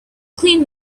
cleaned